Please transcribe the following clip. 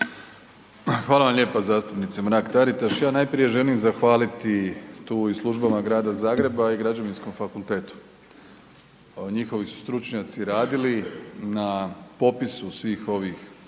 Hvala vam lijepa zastupnice Mrak Taritaš. Ja najprije želim zahvaliti tu i službama Grada Zagreba i Građevinskom fakultetu, njihovi su stručnjaci radili na popisu svih ovih